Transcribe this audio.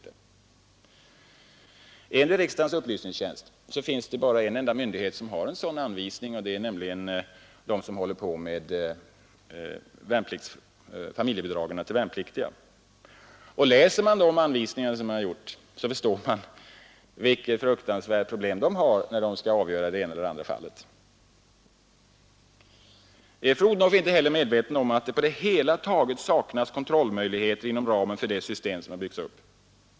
Enligt riksdagens upplysningstjänst finns endast en myndighet som har en sådan anvisning, och det är den myndighet som håller på med familjebidragen till värnpliktiga. Läser man de anvisningarna, som jag har gjort, förstår man vilket fruktansvärt problem de har när de skall avgöra det ena eller det andra fallet. Är fru Odhnoff inte heller medveten om att det på det hela taget saknas kontrollmöjligheter inom ramen för det system som byggts upp?